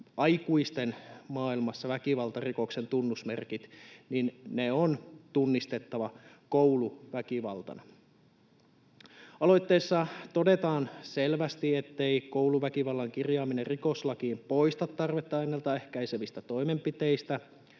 aikuisten maailmassa väkivaltarikoksen tunnusmerkit, on tunnistettava kouluväkivaltana. Aloitteessa todetaan selvästi, ettei kouluväkivallan kirjaaminen rikoslakiin poista ennaltaehkäisevien toimenpiteiden